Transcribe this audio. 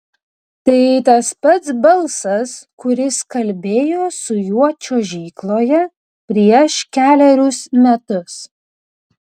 tai tas pats balsas kuris kalbėjo su juo čiuožykloje prieš kelerius metus